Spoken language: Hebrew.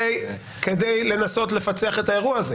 כדי לנסות לפצח את האירוע הזה,